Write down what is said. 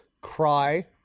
cry